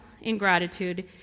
ingratitude